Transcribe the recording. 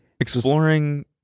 Exploring